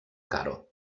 caro